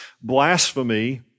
blasphemy